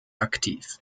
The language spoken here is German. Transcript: aktiv